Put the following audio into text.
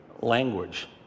language